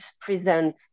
present